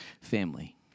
family